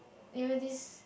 you know this